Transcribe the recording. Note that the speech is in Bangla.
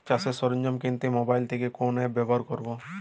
চাষের সরঞ্জাম কিনতে মোবাইল থেকে কোন অ্যাপ ব্যাবহার করব?